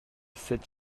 sept